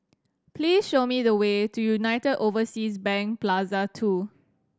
please show me the way to United Overseas Bank Plaza Two